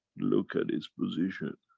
look at it's position.